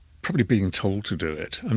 probably being told to do it. and